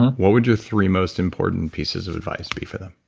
what would your three most important pieces of advice be for them?